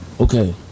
Okay